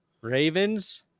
Ravens